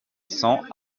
cent